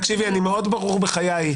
תקשיבי, אני מאוד ברור בחיי,